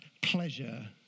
pleasure